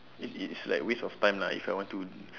it's it's like waste of time lah if I want to